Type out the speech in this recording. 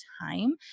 time